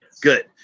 Good